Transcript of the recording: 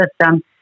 system